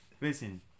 Listen